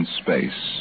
space